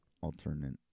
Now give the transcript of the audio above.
alternate